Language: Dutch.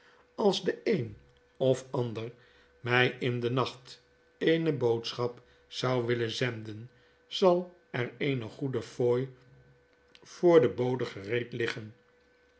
als de een of ander my in den nacht eene boodschap zou willen zenden zal ereenegoede fooi voor den bode gereed liggen